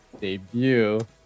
debut